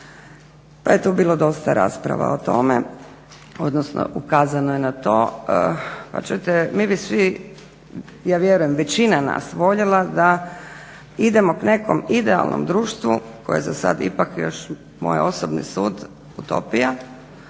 pa je tu bilo dosta rasprava o tome odnosno ukazano je na to. Pa čujete mi bi svi ja vjerujem većina nas voljela da idemo k nekom idealnom društvu koje za sad ipak još moj osobni sud utopija